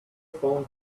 phone